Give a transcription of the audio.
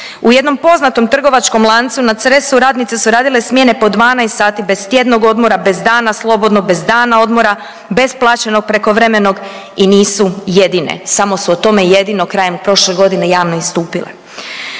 U jednom poznatom trgovačkom lancu na Cresu radnice su radile smjene po 12 sati, bez tjednog odmora, bez dana slobodnog, bez dana odmora, bez plaćenog prekovremenog i nisu jedine samo su o tome jedino krajem prošle godine javno istupile.